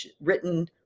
written